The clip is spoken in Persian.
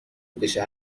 بشه